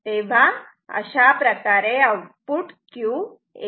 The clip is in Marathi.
तेव्हा अशाप्रकारे आउटपुट Q येते